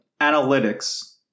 Analytics